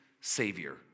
Savior